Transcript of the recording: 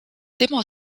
tema